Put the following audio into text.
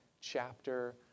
chapter